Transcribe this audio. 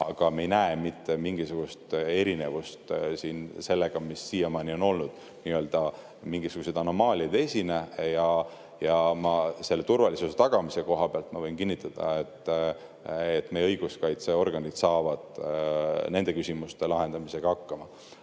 aga me ei näe mitte mingisugust erinevust [võrreldes] sellega, mis siiamaani on olnud. Mingisuguseid anomaaliaid ei esine. Ma selle turvalisuse tagamise koha pealt võin kinnitada, et meie õiguskaitseorganid saavad nende küsimuste lahendamisega hakkama.